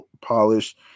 polished